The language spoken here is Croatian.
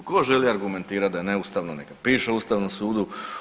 Tko želi argumentirati da je neustavno neka piše Ustavnom sudu.